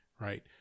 right